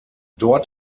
dort